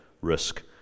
risk